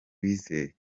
uwizeye